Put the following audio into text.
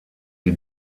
sie